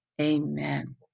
Amen